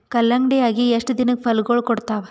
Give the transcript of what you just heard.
ಕಲ್ಲಂಗಡಿ ಅಗಿ ಎಷ್ಟ ದಿನಕ ಫಲಾಗೋಳ ಕೊಡತಾವ?